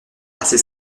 assez